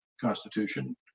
Constitution